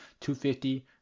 250